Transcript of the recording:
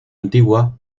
antigua